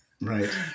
Right